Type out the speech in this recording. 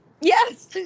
yes